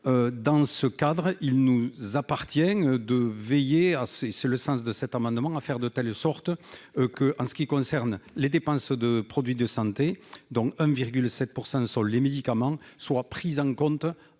dans ce cadre, il nous appartient de veiller à c'est c'est le sens de cet amendement à faire de telle sorte que en ce qui concerne les dépenses de produits de santé, donc 1,7 % sur les médicaments soient prises en compte à à la